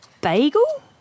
bagel